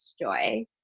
joy